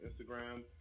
Instagram